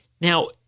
Now